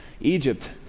Egypt